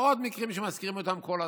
ובעוד מקרים שמזכירים אותם כל הזמן.